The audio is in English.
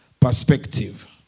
perspective